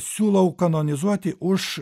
siūlau kanonizuoti už